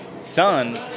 son